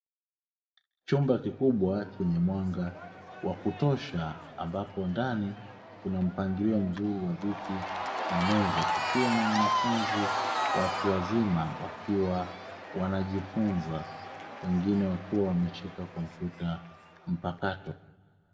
Chumba kikubwa chenye mwanga wa kutosha, ambapo ndani kuna mpangilio mzuri wa viti na meza, kukiwa na wanafunzi watu wazima wakiwa wanajifunza, wengine wakiwa wameshika kompyuta mpakato.